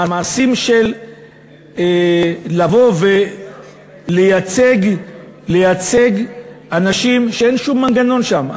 המעשים של לבוא ולייצג אנשים כשאין שום מנגנון שם,